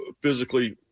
physically